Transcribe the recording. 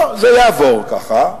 לא, זה יעבור ככה.